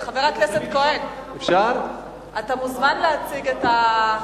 חבר הכנסת כהן, אתה מוזמן להציג את הצעתך.